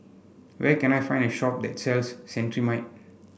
where can I find a shop that sells Cetrimide